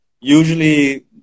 usually